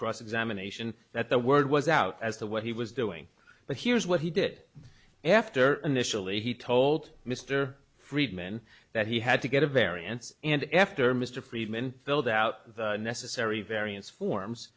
crossed examination that the word was out as to what he was doing but here's what he did after initially he told mr friedman that he had to get a variance and after mr friedman filled out the necessary various forms